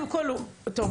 טוב.